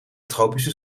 tropische